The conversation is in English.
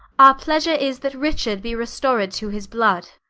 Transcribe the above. our pleasure is, that richard be restored to his blood